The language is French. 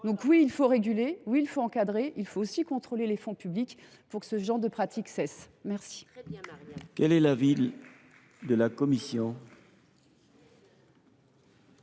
Donc, oui, il faut réguler, il faut encadrer, mais il faut aussi contrôler les fonds publics pour que ce genre de pratique cesse. Très